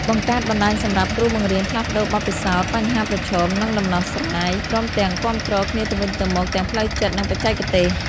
បង្កើតបណ្តាញសម្រាប់គ្រូបង្រៀនផ្លាស់ប្តូរបទពិសោធន៍ បញ្ហាប្រឈម និងដំណោះស្រាយ ព្រមទាំងគាំទ្រគ្នាទៅវិញទៅមកទាំងផ្លូវចិត្ត និងបច្ចេកទេស។